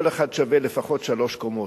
כל אחד שווה לפחות שלוש קומות.